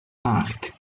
acht